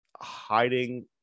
Hiding